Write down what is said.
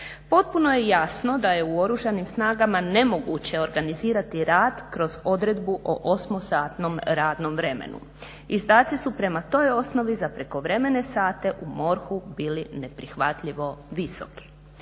Potpuno je jasno da je u Oružanim snagama nemoguće organizirati rad kroz odredbu o 8-satnom radnom vremenu. Izdaci su prema toj osnovi za prekovremene sate u MORH-u bili neprihvatljivo visoki.